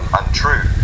untrue